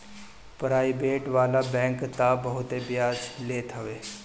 private वाला bank तअ बहुते बियाज लेत हवे